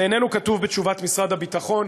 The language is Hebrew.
זה לא כתוב בתשובת משרד הביטחון,